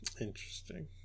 interesting